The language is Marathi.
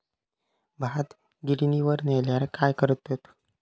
भात गिर्निवर नेल्यार काय करतत?